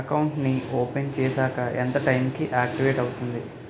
Account నీ open చేశాక ఎంత టైం కి ఆక్టివేట్ అవుతుంది?